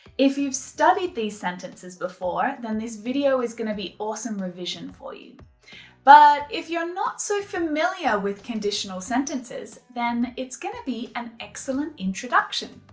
if you've studied these sentences before, then this video is going to be awesome revision for you but if you're not so familiar with conditional sentences, then it's gonna be an excellent introduction.